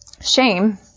Shame